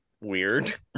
Weird